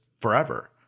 forever